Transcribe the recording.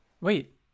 Wait